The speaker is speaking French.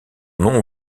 nom